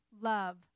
love